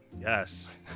yes